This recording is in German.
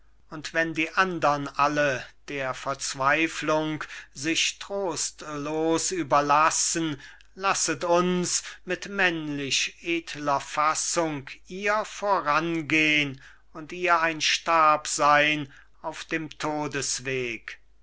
und wenn die andern alle der verzweiflung sich trostlos überlassen lasset uns mit männlich edler fassung ihr vorangehn und ihr ein stab sein auf dem